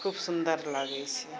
खूब सुन्दर लगै छै